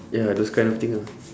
ya those kind of thing ah